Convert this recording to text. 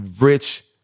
rich